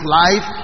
life